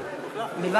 לא,